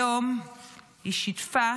היום היא שיתפה